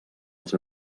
els